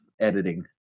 editing